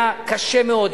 היה קשה מאוד,